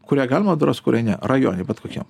kurią galima draust kurią ne rajone bet kokiam